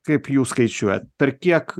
kaip jūs skaičiuojat per kiek